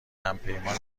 همپیمان